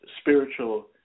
spiritual